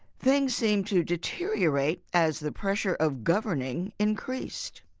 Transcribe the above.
things seemed to deteriorate as the pressure of governing increased.